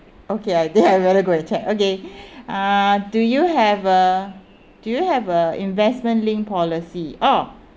okay I think I better go and check okay uh do you have a do you have a investment linked policy orh